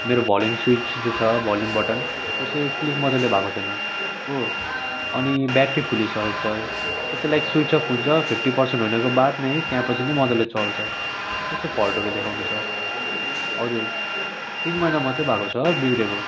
मेरो volume switch जो छ भोल्युम बटन त्यो चाहिँ क्लिक मजाले भएको छैन हो अनि ब्याट्री फुलिसकेको छ त्यो चाहिँ लाइक स्विच अफ हुन्छ फिफ्टी पर्सेन्ट हुनेको बाद नै त्यहाँपछि नै मजाले चल्छ त्यस्तो फल्टहरू देखाउँदै छ हजुर तिन महिना मात्रै भएको छ होला बिग्रेको